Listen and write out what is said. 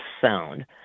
sound